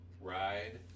Ride